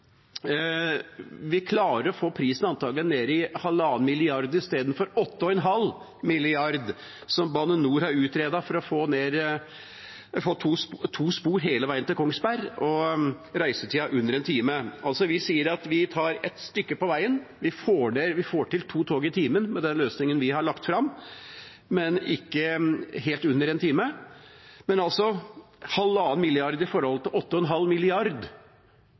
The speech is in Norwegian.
Vi klarer antakelig å få prisen ned i 1,5 mrd. kr istedenfor 8,5 mrd. kr, som Bane NOR har utredet for å få to spor hele veien til Kongsberg og reisetida på under en time. Vi sier altså at vi tar det et stykke på veien, vi får til to tog i timen med den løsningen vi har lagt fram, ikke helt under en time, men altså 1,5 mrd. kr i forhold til 8,5